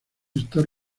estar